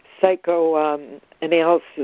psychoanalysis